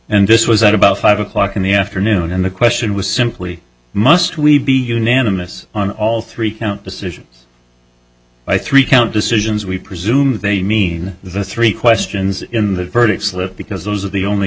and this was at about five o'clock in the afternoon and the question was simply must we be unanimous on all three count decisions by three count decisions we presume they mean the three questions in the verdict slip because those are the only